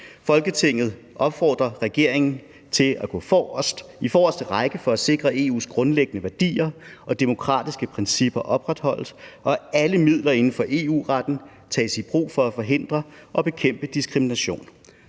Folketinget opfordrer regeringen til at gå i forreste række for at sikre, at EU's grundlæggende værdier og demokratiske principper opretholdes, og at alle midler inden for EU-retten tages i brug for at forhindre og bekæmpe diskrimination.